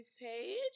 page